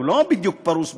הוא לא בדיוק פרוס בכל,